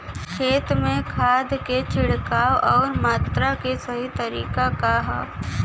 खेत में खाद क छिड़काव अउर मात्रा क सही तरीका का ह?